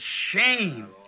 shame